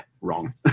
wrong